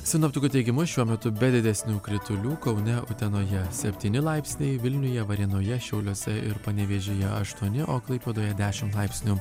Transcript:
sinoptikų teigimu šiuo metu be didesnių kritulių kaune utenoje septyni laipsniai vilniuje varėnoje šiauliuose ir panevėžyje aštuoni o klaipėdoje dešimt laipsnių